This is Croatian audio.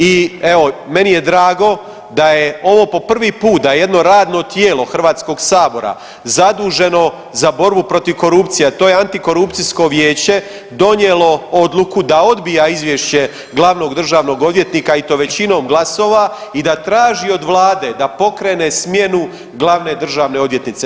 I evo meni je drago da je ovo po prvi put da je jedno radno tijelo Hrvatskog sabora zaduženo za borbu protiv korupcije, a to je Antikorupcijsko vijeće donijelo odluku da odbija izvješće glavnog državnog odvjetnika i to većinom glasova i da traži od Vlade da pokrene smjenu glavne državne odvjetnice.